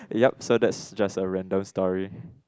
yup so that's just a random story